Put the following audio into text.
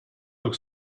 look